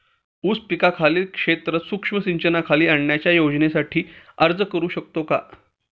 ऊस पिकाखालील क्षेत्र सूक्ष्म सिंचनाखाली आणण्याच्या योजनेसाठी अर्ज करू शकतो का?